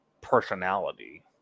personality